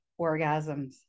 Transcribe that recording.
orgasms